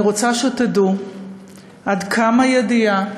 אני רוצה שתדעו עד כמה ידיעה